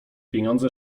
pieniądze